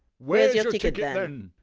where's your ticket then?